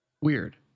Weird